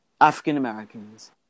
African-Americans